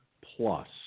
plus